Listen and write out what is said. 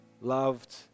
loved